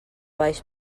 baix